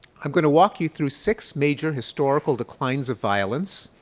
i'm going to walk you through six major historical declines of violence.